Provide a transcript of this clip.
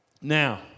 Now